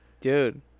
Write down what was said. Dude